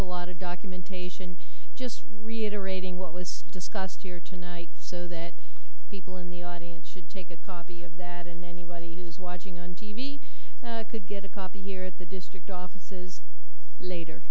a lot of documentation just reiterating what was discussed here tonight so that people in the audience should take a copy of that and anybody who's watching on t v could get a copy here at the district offices later